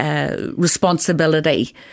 Responsibility